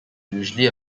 usually